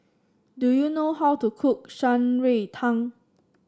do you know how to cook Shan Rui Tang